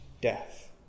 death